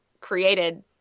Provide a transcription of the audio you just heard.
created